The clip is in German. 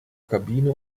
kabine